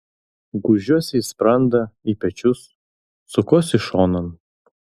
gūžiuosi į sprandą į pečius sukuosi šonan